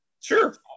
sure